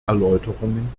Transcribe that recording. erläuterungen